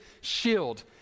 shield